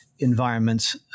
environments